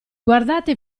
guardate